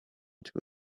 two